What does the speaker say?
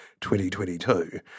2022